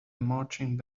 marching